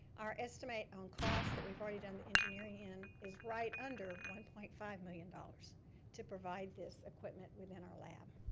our estimate on costs that we've already done the engineering in, is right under one point five million dollars to provide this equipment within our lab.